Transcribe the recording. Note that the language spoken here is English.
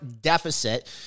deficit